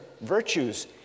virtues